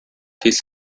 his